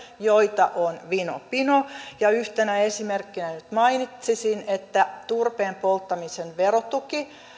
joita on vino pino yhtenä esimerkkinä nyt mainitsisin turpeen polttamisen verotuen